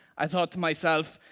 i thought to myself,